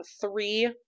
three